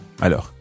Alors